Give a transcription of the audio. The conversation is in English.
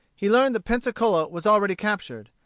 he learned that pensacola was already captured.